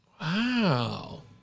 Wow